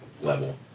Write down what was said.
level